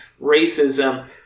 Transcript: racism